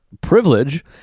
privilege